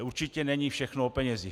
Určitě není všechno o penězích.